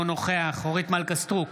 אינו נוכח אורית מלכה סטרוק,